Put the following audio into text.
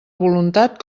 voluntat